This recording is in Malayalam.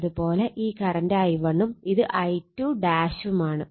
അത് പോലെ ഈ കറണ്ട് I1 ഉം ഇത് I2 ഉം ആണ്